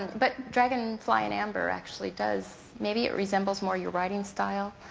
but dragonfly in amber actually does. maybe it resembles more your writing style